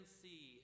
see